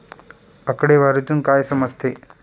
आकडेवारीतून काय समजते?